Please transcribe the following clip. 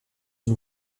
une